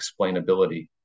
explainability